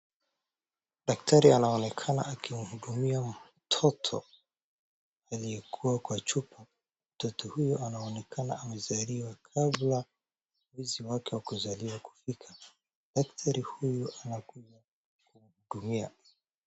Daktari anaonekana akimhudumia mtoto aliyekuwa kwa chupa mtoto huyu anaonekana amezaliwa kabla mwezi wake wa kuzaliwa kufika daktari huyu anamhudumia.